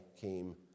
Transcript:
came